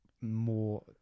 more